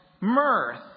mirth